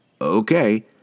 Okay